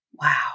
Wow